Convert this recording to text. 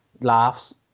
laughs